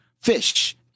fish